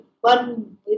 one